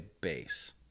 bass